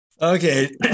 Okay